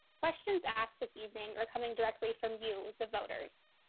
questions asked this evening are coming directly from you, the voters.